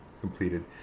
completed